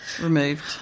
removed